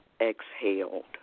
Exhaled